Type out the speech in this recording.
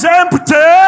empty